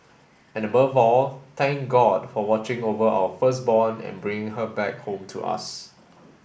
and above all thank God for watching over our firstborn and bringing her back home to us